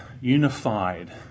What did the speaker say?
unified